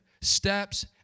steps